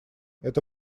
это